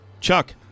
Chuck